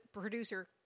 producer